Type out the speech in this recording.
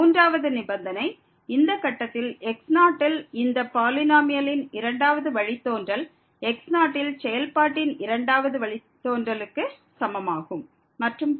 மூன்றாவது நிபந்தனை இந்த கட்டத்தில் x0 ல் இந்த பாலினோமியலின் இரண்டாவது வழித்தோன்றல் x0 ல் செயல்பாட்டின் இரண்டாவது வழித்தோன்றலுக்கு சமமாகும் மற்றும் பல